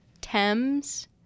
Thames